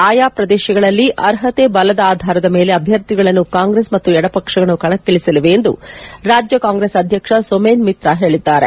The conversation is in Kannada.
ಆಯಾ ಪ್ರದೇಶಗಳಲ್ಲಿ ಅರ್ಷತೆ ಬಲದ ಆಧಾರದ ಮೇಲೆ ಅಭ್ಯರ್ಥಿಗಳನ್ನು ಕಾಂಗ್ರೆಸ್ ಮತ್ತು ಎಡಪಕ್ಷಗಳು ಕಣಕ್ಕಿಳಿಸಲಿವೆ ಎಂದು ರಾಜ್ಯ ಕಾಂಗ್ರೆಸ್ ಅಧ್ಯಕ್ಷ ಸೊಮೇನ್ ಮಿತ್ರಾ ಹೇಳಿದ್ದಾರೆ